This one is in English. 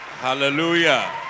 Hallelujah